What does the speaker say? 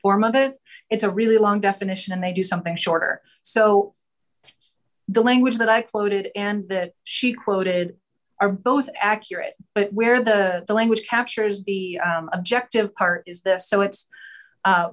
form of it it's a really long definition and they do something shorter so it's the language that i quoted and that she quoted are both accurate but where the language captures the objective part is this so it's